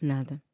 Nada